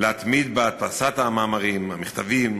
להתמיד בהדפסת המאמרים, המכתבים,